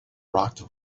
rocked